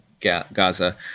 Gaza